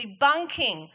debunking